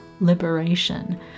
Liberation